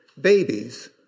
Babies